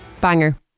banger